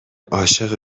عاشق